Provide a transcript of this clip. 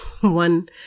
one